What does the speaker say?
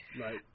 Right